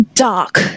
dark